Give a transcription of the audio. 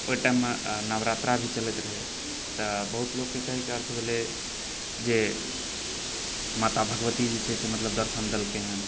ओहि टाइममे नवरात्रा भी चलैत रहै तऽ बहुत लोककेँ कहैके अर्थ भेलए जे माता भगवती जे छै से मतलब दर्शन देलकै हन